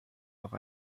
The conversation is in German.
auch